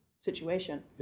situation